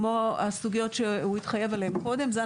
כמו הסוגיות שהוא התחייב עליהן קודם זה,